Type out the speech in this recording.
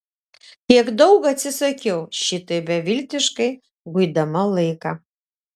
kiek daug atsisakiau šitaip beviltiškai guidama laiką